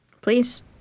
Please